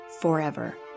forever